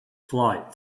flight